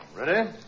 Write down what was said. Ready